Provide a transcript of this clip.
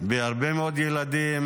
בהרבה מאוד ילדים.